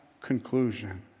conclusion